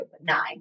nine